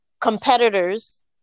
competitors